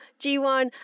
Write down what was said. G1